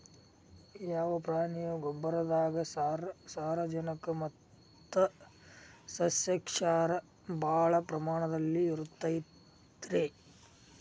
ಯಾವ ಪ್ರಾಣಿಯ ಗೊಬ್ಬರದಾಗ ಸಾರಜನಕ ಮತ್ತ ಸಸ್ಯಕ್ಷಾರ ಭಾಳ ಪ್ರಮಾಣದಲ್ಲಿ ಇರುತೈತರೇ?